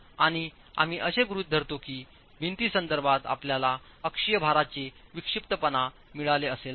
आणि आम्ही असे गृहित धरतो कीभिंतीसंदर्भात आपल्याला अक्षीय भाराचे विक्षिप्त पणा मिळाले असेल तर